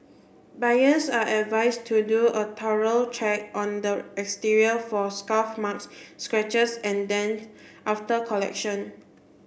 buyers are advised do a thorough check on the exterior for scuff marks scratches and dents after collection